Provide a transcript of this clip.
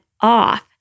off